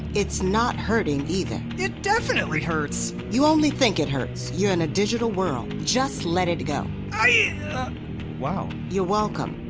it's not hurting, either it definitely hurts! you only think it hurts. you're in a digital world just let it go i. wow you're welcome.